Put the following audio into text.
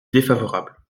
défavorable